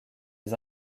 les